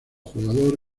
jugador